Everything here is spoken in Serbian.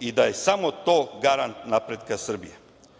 i da je samo to garant napretka Srbije.